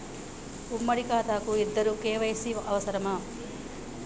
ఉమ్మడి ఖాతా కు ఇద్దరు కే.వై.సీ అవసరమా?